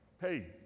hey